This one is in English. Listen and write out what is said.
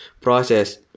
process